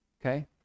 okay